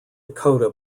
dakota